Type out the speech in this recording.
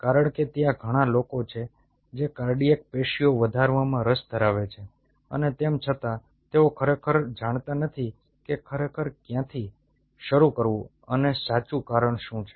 કારણ કે ત્યાં ઘણા લોકો છે જે કાર્ડિયાક પેશીઓ વધારવામાં રસ ધરાવે છે અને તેમ છતાં તેઓ ખરેખર જાણતા નથી કે ખરેખર ક્યાંથી શરૂ કરવું અને સાચું કારણ શું છે